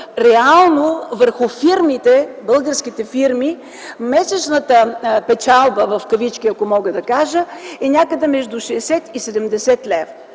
Реално върху българските фирми месечната „печалба”, ако мога да кажа, е някъде между 60 и 70 лв.